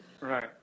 Right